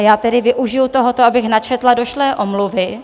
A já tedy využiji tohoto, abych načetla došlé omluvy.